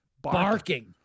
Barking